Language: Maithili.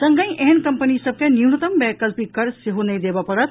संगहि एहेन कंपनी सभ के न्यूनतम वैकल्पिक कर सेहो नहि देबय पड़त